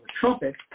trumpet